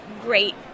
great